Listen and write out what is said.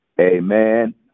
Amen